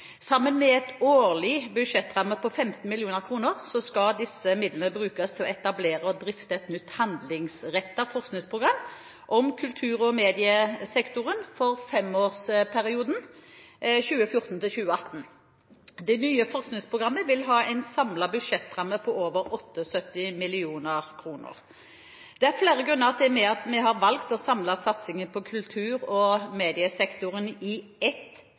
Sammen med en årlig budsjettramme på 15 mill. kr skal disse midlene brukes til å etablere og drifte et nytt handlingsrettet forskningsprogram om kultur- og mediesektoren for femårsperioden 2014–2018. Det nye forskningsprogrammet vil ha en samlet budsjettramme på over 78 mill. kr. Det er flere grunner til at vi har valgt å samle satsingen på kultur- og mediesektoren i